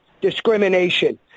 discrimination